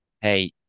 hey